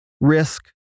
risk